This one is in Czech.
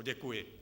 Děkuji.